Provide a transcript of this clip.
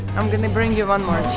i'm going to bring you one more